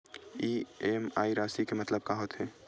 EMI राशि के मतलब का होथे?